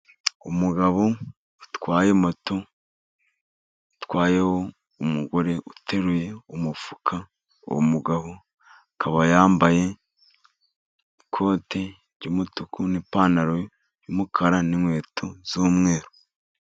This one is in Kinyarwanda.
Umugabo utwaye moto itwayeho umugore uteruye umufuka. Uwo mugabo akaba yambaye ikote ry'umutuku, n'ipantaro y'umukara, n'inkweto z'umweru.